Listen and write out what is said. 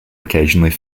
occasionally